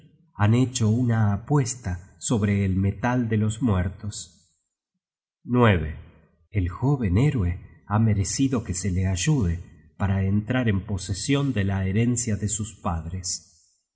han hecho una apuesta sobre el metal de los muertos el jóven héroe ha merecido que se le ayude para entrar en posesion de la herencia de sus padres